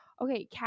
Okay